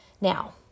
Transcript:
Now